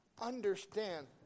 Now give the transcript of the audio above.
Understand